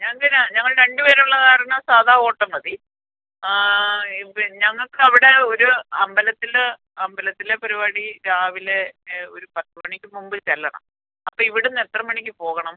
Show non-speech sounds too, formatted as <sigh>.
ഞാൻ <unintelligible> ഞങ്ങൾ രണ്ട് പേരുള്ളത് കാരണം സാധാ ഓട്ട മതി ഈ പിന്നെ ഞങ്ങൾക്ക് അവിടെ ഒരു അമ്പലത്തിൽ അമ്പലത്തിലെ പരിപാടി രാവിലെ ഒരു പത്ത് മണിക്ക് മുമ്പ് ചെല്ലണം അപ്പം ഇവിടുന്ന് എത്ര മണിക്ക് പോകണം